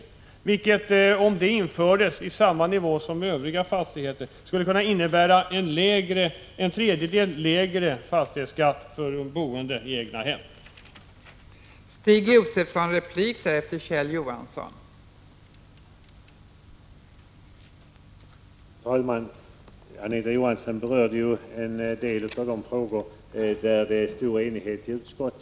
En fastighetsskatt för industrifastigheter som låg på samma nivå som för övriga fastigheter skulle innebära en sänkning av fastighetsskatten för de boende i egnahem med en tredjedel.